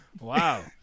Wow